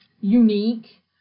unique